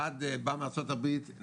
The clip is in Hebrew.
אחד בא מארצות הברית,